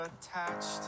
attached